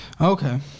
Okay